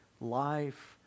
life